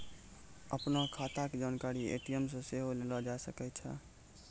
अपनो खाता के जानकारी ए.टी.एम से सेहो लेलो जाय सकै छै